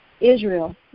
Israel